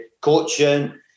coaching